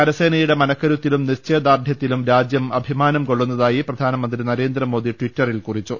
കരസേനയുടെ മനക്കരു ത്തിലും നിശ്ചയദാർഢ്യത്തിലും രാജ്യം അഭിമാനം കൊള്ളുന്നതായി പ്രധാനമന്ത്രി നരേന്ദ്രമോദി ട്വിറ്ററിൽ കുറിച്ചു